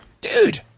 dude